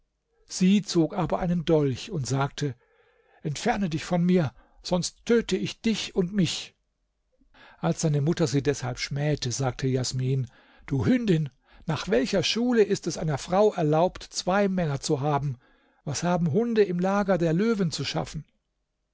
sie zog aber einen dolch und sagte entferne dich von mir sonst töte ich dich und mich als seine mutter sie deshalb schmähte sagte jasmin du hündin nach welcher schule ist es einer frau erlaubt zwei männer zu haben was haben hunde im lager der löwen zu schaffen